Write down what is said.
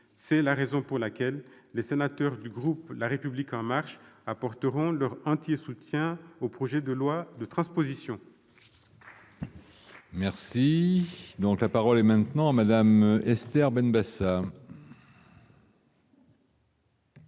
C'est la raison pour laquelle les sénateurs du groupe La République En Marche apporteront leur entier soutien au projet de loi de transposition. La parole est à Mme Esther Benbassa.